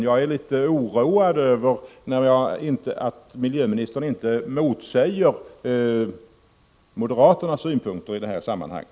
Jag är litet oroad över att miljöministern inte argumenterar emot moderaternas synpunkter i det sammanhanget.